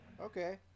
Okay